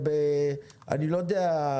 אני לא יודע,